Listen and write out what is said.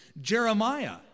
Jeremiah